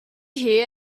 hear